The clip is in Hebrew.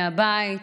מהבית.